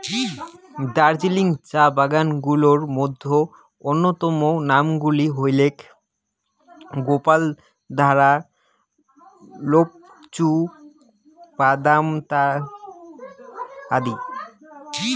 দার্জিলিং চা বাগান গুলার মইধ্যে অইন্যতম নাম গুলা হইলেক গোপালধারা, লোপচু, বাদামতাম আদি